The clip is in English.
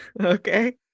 Okay